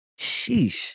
Sheesh